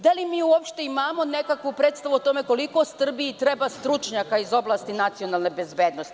Da li mi uopšte imamo nekakvu predstavu o tome koliko Srbiji treba stručnjaka iz oblasti nacionalne bezbednosti?